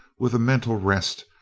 with a mental wrest,